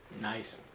Nice